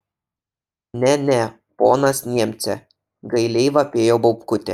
ne ne ponas niemce gailiai vapėjo baubkutė